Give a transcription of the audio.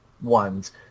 ones